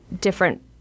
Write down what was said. different